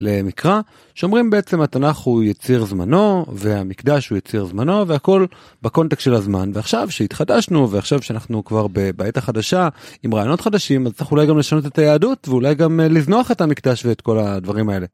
למקרא שאומרים בעצם התנ״ך הוא יציר זמנו והמקדש הוא יציר זמנו והכל בקונטקסט של הזמן ועכשיו שהתחדשנו ועכשיו שאנחנו כבר בעת החדשה עם רעיונות חדשים אז צריך אולי גם לשנות את היהדות ואולי גם לזנוח את המקדש ואת כל הדברים האלה.